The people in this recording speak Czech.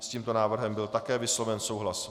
S tímto návrhem byl také vysloven souhlas.